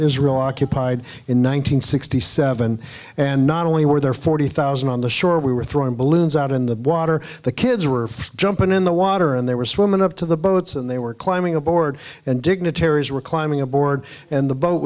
israel occupied in one thousand nine hundred sixty seven and not only were there forty thousand on the shore we were throwing balloons out in the water the kids were jumping in the water and they were swimming up to the boats and they were climbing aboard and dignitaries were climbing aboard and the boat